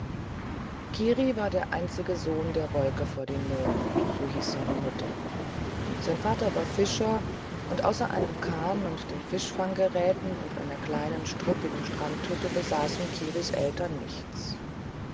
kiri war der einzige sohn der wolke vor dem mond so hieß seine mutter sein vater war fischer und außer einem kahn und den fischfanggeräten und einer kleinen struppigen strandhütte besaßen kiris eltern nichts